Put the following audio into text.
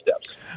steps